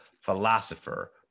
philosopher